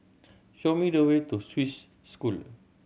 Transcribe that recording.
show me the way to Swiss School